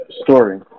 story